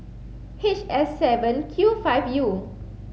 H S seven Q five U